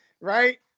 right